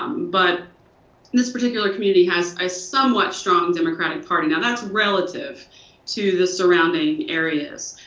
um but this particular community has a somewhat strong democratic party. now, that's relative to the surrounding areas.